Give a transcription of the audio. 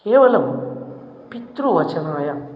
केवलं पितृवचनाय